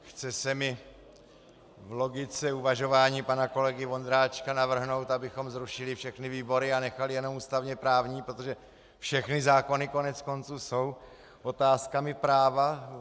Chce se mi v logice uvažování pana kolegy Vondráčka navrhnout, abychom zrušili všechny výbory a nechali jenom ústavněprávní, protože všechny zákony koneckonců jsou otázkami práva.